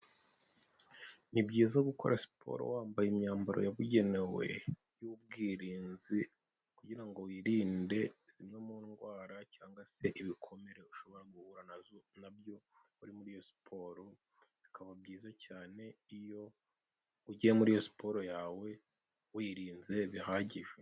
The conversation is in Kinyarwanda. Ni byiza gukora siporo wambaye imyambaro yabugenewe y'ubwirinzi kugira ngo wirinde zimwe mu ndwara cyangwa se ibikomere ushobora guhura na zo na byo uri muri iyo siporo, bikaba byiza cyane iyo ugiye muri iyo siporo yawe wirinze bihagije.